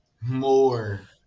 More